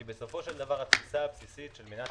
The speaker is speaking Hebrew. כי בסופו של דבר התפיסה הבסיסית של מדינת